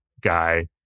guy